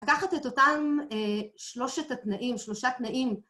‫לקחת את אותם שלושת התנאים, ‫שלושה תנאים.